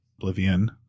Oblivion